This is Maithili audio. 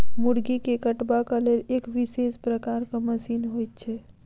मुर्गी के कटबाक लेल एक विशेष प्रकारक मशीन होइत छै